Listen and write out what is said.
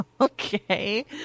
Okay